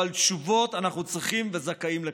אבל תשובות אנחנו צריכים וזכאים לקבל.